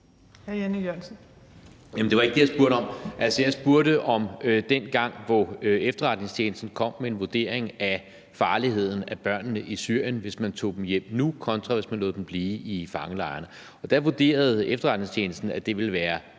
jeg spurgte til dengang, hvor efterretningstjenesten kom med en vurdering af farligheden af børnene i Syrien, med hensyn til hvis man tog dem hjem nu, kontra hvis man lod dem blive i fangelejrene. Der vurderede efterretningstjenesten, at det ville være langt